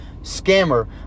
scammer